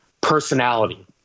personality